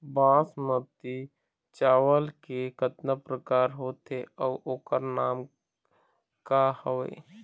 बासमती चावल के कतना प्रकार होथे अउ ओकर नाम क हवे?